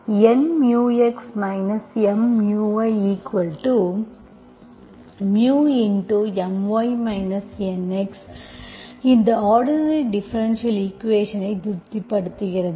Nx M yμMy Nx இந்த ordinary differential ஈக்குவேஷன்ஸ்ஐ திருப்திப்படுத்துகிறது